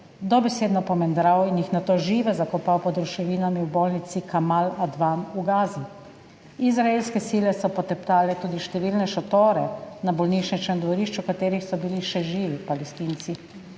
dobesedno pomendral in jih nato žive zakopal pod ruševinami v bolnici Kamal Advan v Gazi. Izraelske sile so poteptale tudi številne šotore na bolnišničnem dvorišču, v katerih so bili še živi Palestinci.